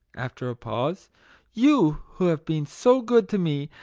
after a pause you, who have been so good to me,